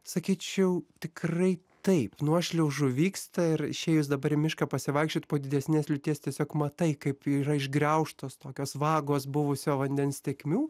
sakyčiau tikrai taip nuošliaužų vyksta ir išėjus dabar į mišką pasivaikščiot po didesnės liūties tiesiog matai kaip yra išgraužtos tokios vagos buvusio vandens tėkmių